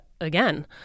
again